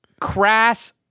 crass